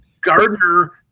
Gardner